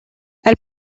elle